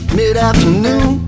mid-afternoon